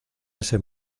ese